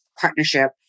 partnership